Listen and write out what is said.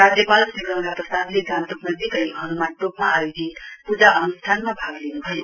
राज्यपाल श्री गंगा प्रसादले गान्तोक नजीकै हनुमान टोकमा आयोजित पूजा अनुष्ठानमा भाग लिनुभयो